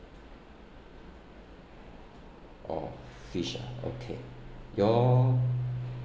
oh fish ah okay you all